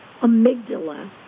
amygdala